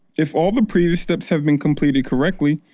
if all of the previous steps have been completed correctly,